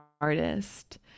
artist